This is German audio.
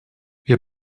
wir